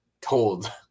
told